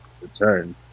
return